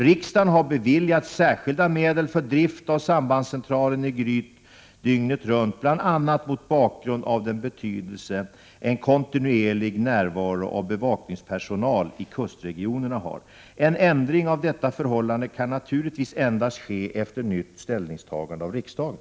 Riksdagen har beviljat särskilda medel för drift av sambandscentralen i Gryt dygnet runt bl.a. mot bakgrund av den betydelse en kontinuerlig närvaro av bevakningspersonal i kustregionerna har. En ändring av detta förhållande kan naturligtvis endast ske efter nytt ställningstagande av riksdagen.